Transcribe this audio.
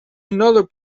another